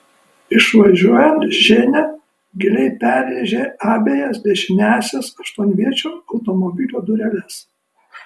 išvažiuojant ženia giliai perrėžė abejas dešiniąsias aštuonviečio automobilio dureles